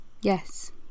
Yes